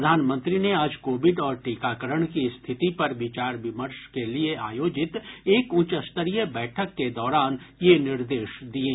प्रधानमंत्री ने आज कोविड और टीकाकरण की स्थिति पर विचार विमर्श के लिए आयोजित एक उच्च स्तरीय बैठक के दौरान ये निर्देश दिये